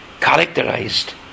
Characterized